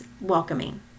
welcoming